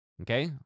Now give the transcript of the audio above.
Okay